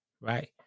right